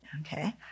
Okay